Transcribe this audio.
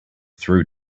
through